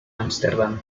ámsterdam